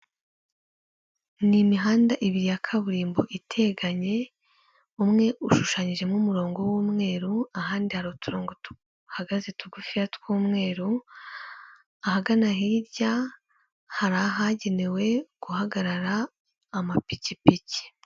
Ni imihanda ibiri ya kaburimbo iteganye, umwe ushushanyijemo umurongo w'umweru, ahandi hari uturongo tuhagaze tugufi tw'umweru, ahagana hirya hari ahagenewe guhagarara amapikipiki.